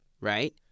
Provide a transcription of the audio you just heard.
right